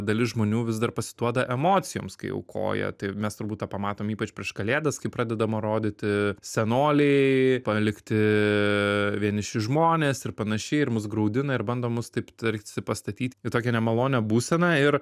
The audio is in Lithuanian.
dalis žmonių vis dar pasiduoda emocijoms kai aukoja tai mes turbūt tą pamatom ypač prieš kalėdas kai pradedama rodyti senoliai palikti vieniši žmonės ir panašiai ir mus graudina ir bando mus taip tarsi pastatyt į tokią nemalonią būseną ir